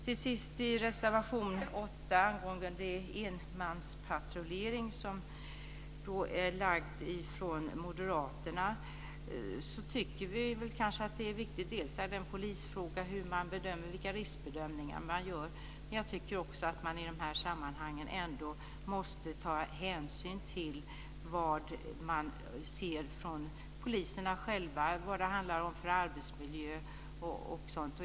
Till sist till reservation 8 om enmanspatrullering som har lagts fram av moderaterna. Vi tycker att det är viktigt. Det är en polisfråga vilken riskbedömning man gör. Jag tycker också att man i dessa sammanhang måste ta hänsyn till vad poliserna själva anser. Det handlar om arbetsmiljö och sådant.